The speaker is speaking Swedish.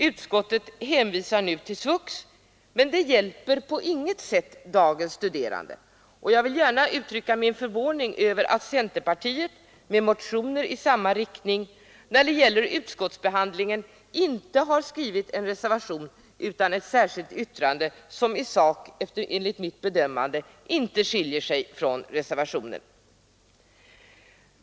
Utskottet hänvisar nu till SVUX, men det hjälper på inget sätt dagens studerande. Och jag vill gärna uttrycka min förvåning över att centerpartiet, som väckt motioner i samma riktning, när det gäller utskottsbehandlingen inte har skrivit en reservation utan ett särskilt yttrande som i sak enligt mitt bedömande inte skiljer sig från reservationen.